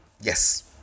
Yes